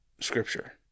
Scripture